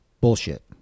Bullshit